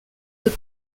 deux